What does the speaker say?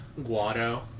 Guado